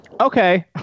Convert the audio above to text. Okay